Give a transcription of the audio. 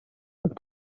как